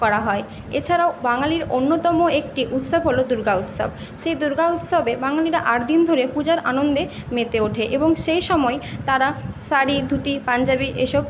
করা হয় এছাড়াও বাঙালির অন্যতম একটি উৎসব হলো দুর্গা উৎসব সেই দুর্গা উৎসবে বাঙালিরা আট দিন ধরে পূজার আনন্দে মেতে ওঠে এবং সেই সময়ে তারা শাড়ি ধুতি পাঞ্জাবি এইসব